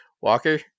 Walker